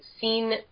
seen